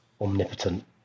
omnipotent